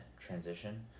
transition